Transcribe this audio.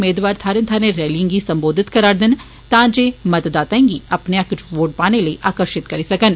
मेदवार थाहरें थाहरें रैलिए गी संबोधित करा'रदे न तां जे मतदाताएं गी अपने हक्कै इच वोट पाने लेई आकर्षित करी सकन